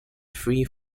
free